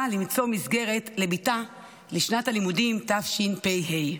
למצוא מסגרת לבתה לשנת הלימודים תשפ"ה,